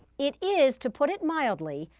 it is, to put it mildly,